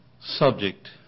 subject